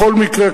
בכל מקרה,